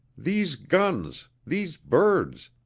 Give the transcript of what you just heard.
these guns, these birds,